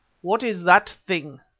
what is that thing?